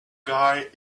guy